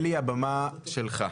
אלי, הבמה שלך.